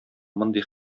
мондый